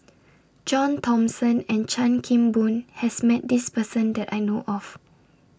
John Thomson and Chan Kim Boon has Met This Person that I know of